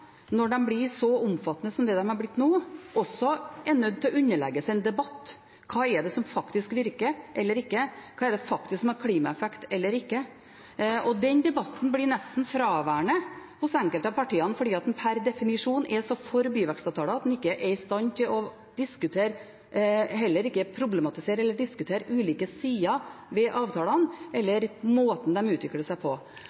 når de blir så omfattende som de har blitt nå, også er nødt til å underlegges en debatt: Hva er det som faktisk virker og ikke? Hva er det som faktisk har klimaeffekt og ikke? Den debatten blir nesten fraværende hos enkelte av partiene fordi en per definisjon er så for byvekstavtaler at en ikke er i stand til å problematisere eller diskutere ulike sider ved avtalene eller måten de utvikler seg på.